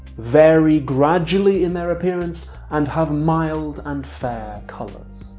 vary gradually in their appearance and have mild and fair colors.